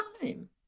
time